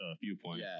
viewpoint